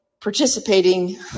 participating